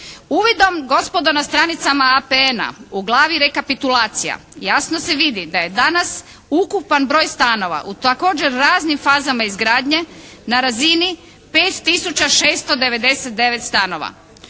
Uvidom gospodo na stranicama APN-a u glavi rekapitulacija jasno se vidi da je danas ukupan broj stanova u također raznim fazama izgradnje na razini 5 tisuća 699 stanova.